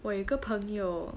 我有一个朋友